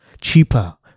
cheaper